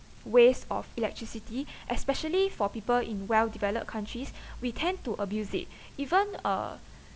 waste of electricity especially for people in well developed countries we tend to abuse it even uh